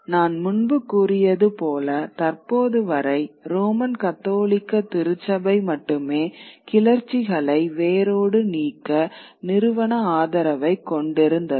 நான் முன்பு கூறியது போல தற்போது வரை ரோமன் கத்தோலிக்க திருச்சபை மட்டுமே கிளர்ச்சிகளை வேரோடு நீக்க நிறுவன ஆதரவைக் கொண்டிருந்தது